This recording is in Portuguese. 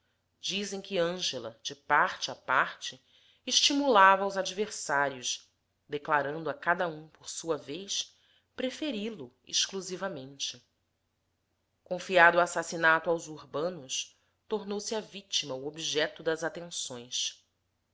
dizem que ângela de parte a parte estimulava os adversários declarando a cada um por sua vez preferi lo exclusivamente confiado o assassino aos urbanos tornou-se a vitima o objeto das atenções